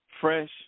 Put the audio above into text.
fresh